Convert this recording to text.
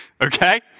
Okay